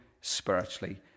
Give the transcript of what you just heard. spiritually